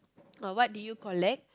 uh what did you collect